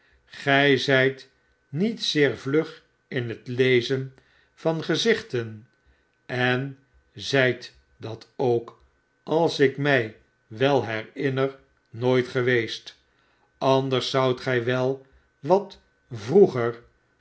gij zijt niet zeer vlug in het lezen van gezichten en zijt dat k als ik mij wel herinner nooit geweest anders zoudt gij wel wat vroeger